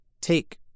take